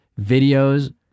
videos